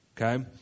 okay